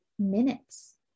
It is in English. Minutes